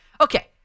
Okay